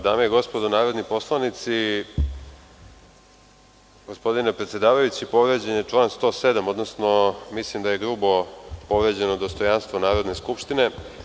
Dame i gospodo narodni poslanici, gospodine predsedavajući, povređen je član 107, odnosno mislim da je grubo povređeno dostojanstvo Narodne skupštine.